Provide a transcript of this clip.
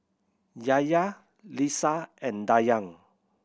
Yahya Lisa and Dayang